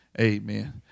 amen